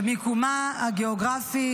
ומיקומה הגיאוגרפי